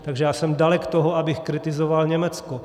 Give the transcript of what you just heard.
Takže já jsem dalek toho, abych kritizoval Německo.